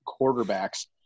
quarterbacks